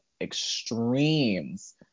extremes